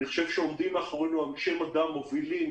עומדים מאחורינו אנשי מדע מובילים,